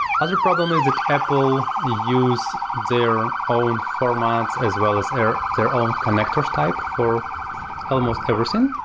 other problem is that apple use their own formats as well as their their own connectors type for almost everything,